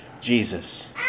Jesus